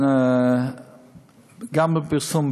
לא בפרסום,